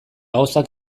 gauzak